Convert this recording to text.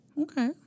Okay